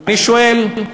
אני שואל,